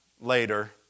later